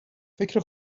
فکر